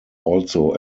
also